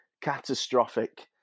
catastrophic